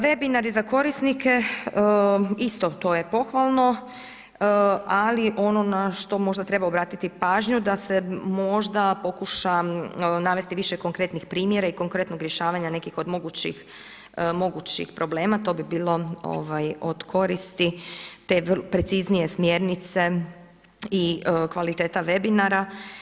Webinari za korisnike isto to je pohvalno, ali ono na što možda treba obratiti pažnju da se možda pokuša navesti više konkretnih primjera i konkretnog rješavanja nekih od mogućih problema, to bi bilo od koristi preciznije smjernice i kvaliteta Webinara.